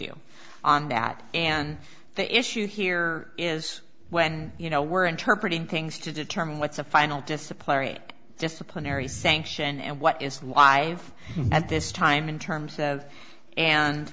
you on that and the issue here is when you know we're interpreted things to determine what's a final disciplinary disciplinary sanction and what is live at this time in term says and